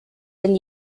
and